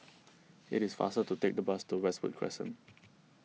it is faster to take the bus to Westwood Crescent